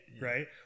Right